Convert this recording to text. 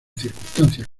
circunstancias